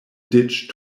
ditch